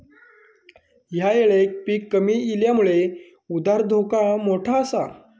ह्या येळेक पीक कमी इल्यामुळे उधार धोका मोठो आसा